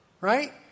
right